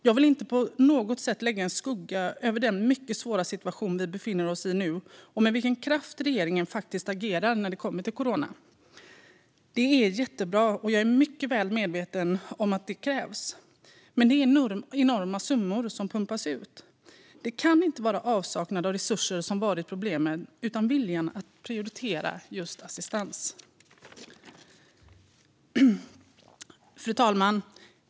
Jag vill inte på något sätt lägga en skugga över den mycket svåra situation vi befinner oss i där regeringen med kraft agerar mot coronakrisen. Det är jättebra, och jag är väl medveten om att det krävs. Det är dock enorma summor som pumpas ut. Det kan alltså inte vara avsaknad av resurser som har varit problemet utan viljan att prioritera just assistansen. Fru talman!